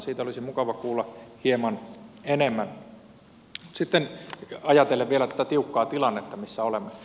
siitä olisi mukava kuulla hieman enemmän ajatellen vielä tätä tiukkaa tilannetta missä olemme